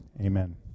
Amen